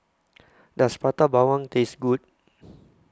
Does Prata Bawang Taste Good